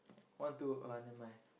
want to uh never mind